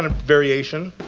ah variation,